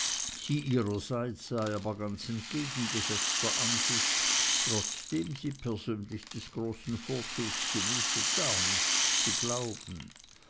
ihrerseits sei aber ganz entgegengesetzter ansicht trotzdem sie persönlich des großen vorzugs genieße gar nichts zu glauben